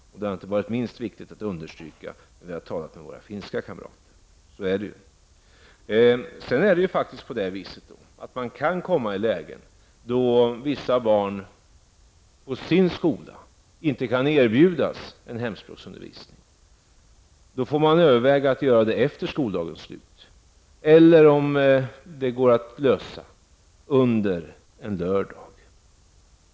Detta har varit inte minst viktigt att understryka när vi har talat med våra finska kamrater. Man kan sedan komma i ett läge där vissa barn inte kan erbjudas en hemspråksundervisning på sin skola. Då får man överväga att göra det efter skoldagens slut eller, om det går att lösa, på lördagar.